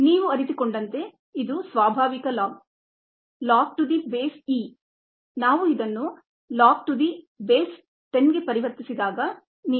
ನೀವು ಅರಿತುಕೊಂಡಂತೆ ಇದು ಸ್ವಾಭಾವಿಕ log log to the base eನಾವು ಅದನ್ನು log to the base 10 ಗೆ ಪರಿವರ್ತಿಸಿದಾಗ ನೀವು 2